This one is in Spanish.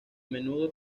menudo